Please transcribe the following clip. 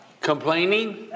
complaining